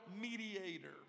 mediator